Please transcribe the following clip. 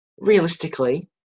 Realistically